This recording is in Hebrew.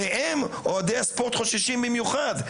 מהם אוהדי הספורט חוששים במיוחד.